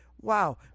Wow